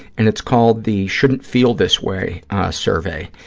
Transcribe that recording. and it's called the shouldn't feel this way survey.